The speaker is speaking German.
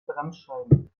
bremsscheiben